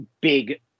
big